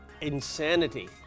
insanity